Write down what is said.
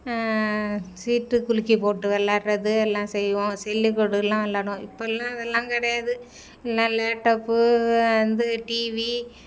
சீட்டுக் குலுக்கி போட்டு வெளாடுறது எல்லாம் செய்வோம் சில்லு கோடுலாம் விளாடுவோம் இப்போல்லாம் அதெல்லாம் கிடையாது எல்லா லேப்டாப்பு வந்து டிவி